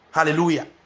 Hallelujah